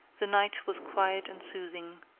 the night was quiet and soothing.